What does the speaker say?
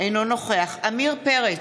אינו נוכח עמיר פרץ,